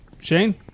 Shane